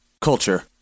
Culture